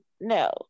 no